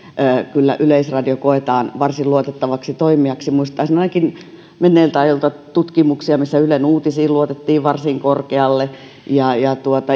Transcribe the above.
yleisradio koetaan varsin luotettavaksi toimijaksi muistaisin ainakin menneiltä ajoilta tutkimuksia missä ylen uutisiin luotettiin varsin korkealle ja ja